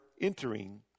entering